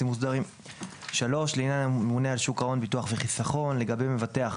מוסדרים; לעניין הממונה על שוק ההון ביטוח וחיסכון לגבי מבטח,